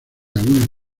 algunas